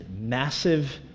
massive